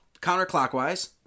counterclockwise